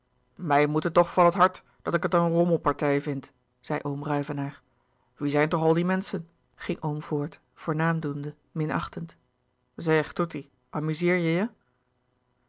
mij moet het toch van het hart dat ik het een rommelpartij vind zei oom ruyvenaer wie zijn toch al die menschen ging oom voort voornaam doende minachtend zeg toetie amuzeer jij je